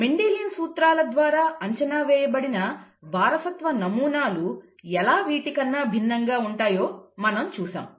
Mendelian సూత్రాల ద్వారా అంచనా వేయబడిన వారసత్వ నమూనాలు ఎలా వీటికన్నా భిన్నంగా ఉంటాయో మనం చూశాము